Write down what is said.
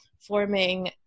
forming